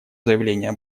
заявления